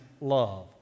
love